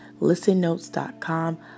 ListenNotes.com